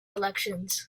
elections